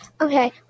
Okay